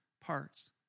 parts